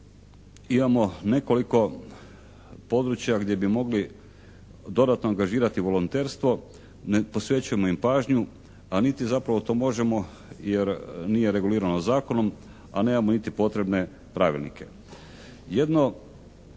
imamo nekoliko područja gdje bi mogli dodatno angažirati volonterstvo. Ne posvećujemo im pažnju a niti zapravo to možemo jer nije regulirano zakonom a nemamo niti potrebne pravilnike.